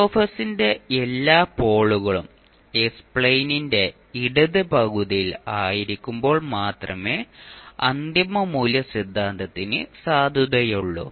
F ന്റെ എല്ലാ പോളുകളും എസ് പ്ലെയിനിന്റെ ഇടത് പകുതിയിൽ ആയിരിക്കുമ്പോൾ മാത്രമേ അന്തിമ മൂല്യ സിദ്ധാന്തത്തിന് സാധുതയുള്ളൂ